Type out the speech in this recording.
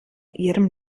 ihrem